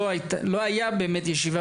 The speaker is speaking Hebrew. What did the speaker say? לא הייתה ישיבה